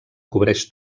cobreix